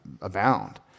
abound